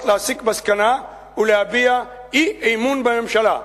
להסיק מסקנה ולהביע אי-אמון בממשלה,